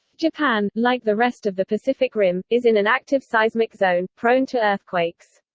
japan, like the rest of the pacific rim, is in an active seismic zone, prone to earthquakes.